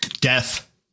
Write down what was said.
Death